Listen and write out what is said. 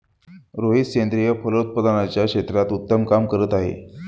रोहित सेंद्रिय फलोत्पादनाच्या क्षेत्रात उत्तम काम करतो आहे